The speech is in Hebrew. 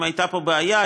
אם הייתה פה בעיה,